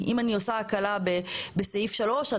אם אני עושה הקלה בסעיף 3,